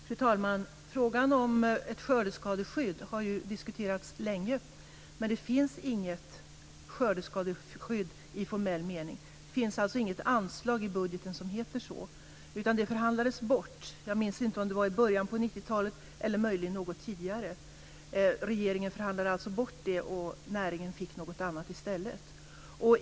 Fru talman! Frågan om ett skördeskadeskydd har diskuterats länge. Det finns inget skördeskadeskydd i formell mening. Det finns inget anslag i budgeten som heter så. Regeringen förhandlade bort det skyddet - jag minns inte om det var i början av 90-talet eller möjligen något tidigare - och näringen fick något annat i stället.